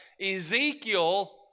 Ezekiel